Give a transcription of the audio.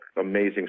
amazing